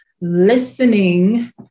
listening